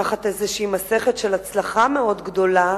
תחת איזו מסכת של הצלחה מאוד גדולה,